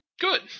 good